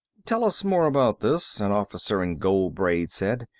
tell us more about this, an officer in gold braid said.